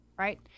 right